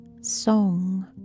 song